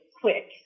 quick